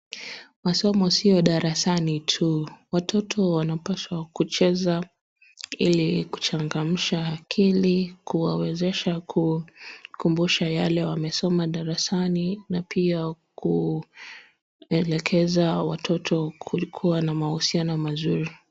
Masomo sio darasani tu. Watoto wanapaswa kucheza ili kuchagamsha akili, kuwawezesha kukumbusha yale wamesoma darasani na pia kuelekeza watoto kulikuwa na mahusiano mazuri.